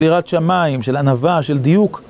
של יריאת שמיים, של ענווה, של דיוק.